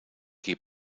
qui